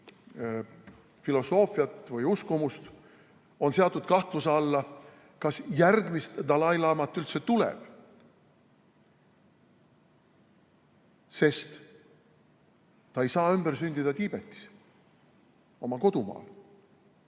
filosoofiat või uskumust, on seatud kahtluse alla, kas järgmist dalai-laamat üldse enam tulebki, sest ta ei saa ümber sündida Tiibetis, oma kodumaal.